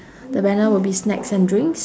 the banner will be snacks and drinks